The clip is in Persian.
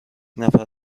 نفر